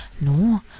No